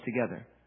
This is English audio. together